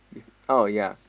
oh yea